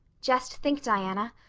just think, diana,